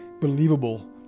believable